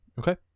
Okay